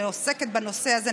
שעוסקת בנושא הזה,